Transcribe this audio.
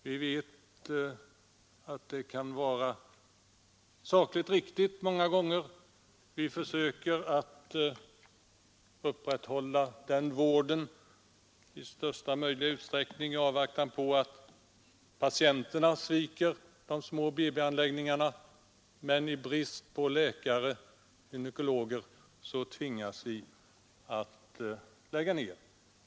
Vi vet att åtgärderna många gånger kan vara sakligt riktiga. Vi försöker upprätthålla vården i största möjliga utsträckning i avvaktan på att patienterna skall svika de små BB-avdelningarna, men i brist på gynekologer tvingas vi lägga ned.